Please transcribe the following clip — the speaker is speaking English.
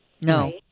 No